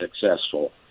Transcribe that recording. successful